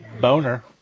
Boner